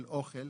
של אוכל.